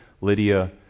Lydia